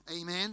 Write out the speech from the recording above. Amen